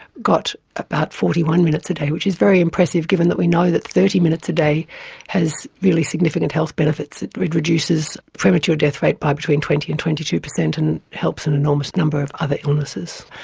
got about forty one minutes a day, which is very impressive, given that we know that thirty minutes a day has really significant health benefits, it reduces premature death rate by between twenty percent and twenty two percent, and helps an enormous number of other illnesses.